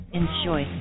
Enjoy